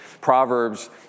Proverbs